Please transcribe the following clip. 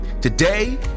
Today